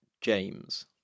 James